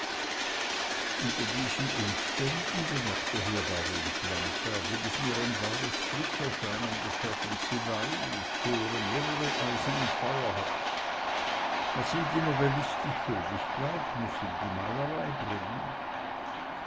unter diesen umständen bemerkte hier baron planta will es mir als ein wahres glück erscheinen daß herr von szilagy wie ich höre mehrere eisen im feuer hat was ihm die novellistik schuldig bleibt muß ihm die malerei bringen